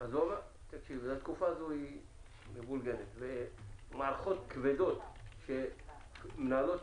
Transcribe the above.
התקופה הזאת מבולגנת, ומערכות כבדות שמתנהלות